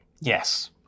Yes